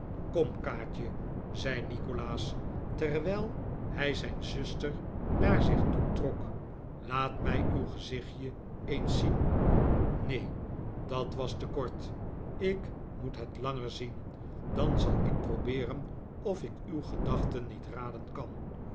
kom kaatje zei nikolaas terwijl hij zijn zuster naar zich toe trok laat mij uw gezichtje eens zien neen dat was te kort ik moet net langer zieh dan zal ik probeeren of ik uw gedachten niet raden kan